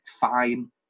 fine